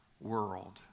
world